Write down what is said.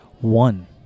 One